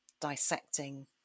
dissecting